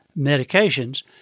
medications